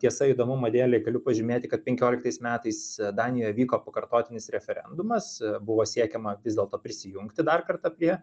tiesa įdomumo dėlei galiu pažymėti kad penkioliktais metais danijoje vyko pakartotinis referendumas buvo siekiama vis dėlto prisijungti dar kartą prie